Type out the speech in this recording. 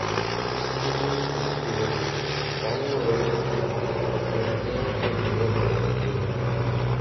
išskleidžiau tris bilietus paėmiau rožei už rankos ir mes priėjome prie filo parodyti jam